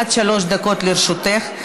עד שלוש דקות לרשותך,